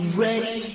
ready